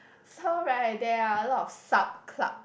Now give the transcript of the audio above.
so right there are a lot of sub clubs